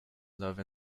love